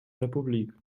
republik